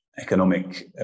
Economic